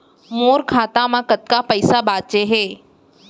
मोर खाता मा कतका पइसा बांचे हे?